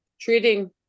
Treating